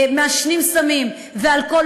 מעשנים סמים ואלכוהול.